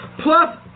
Plus